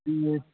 ए